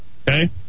okay